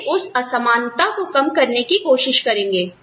वह उस असमानता को कम करने की कोशिश करेंगे